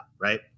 Right